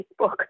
Facebook